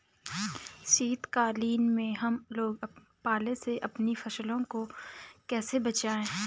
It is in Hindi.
शीतकालीन में हम लोग पाले से अपनी फसलों को कैसे बचाएं?